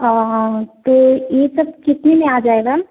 आहाँ तो यह सब कितने में आ जाएगा